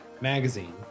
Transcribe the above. magazine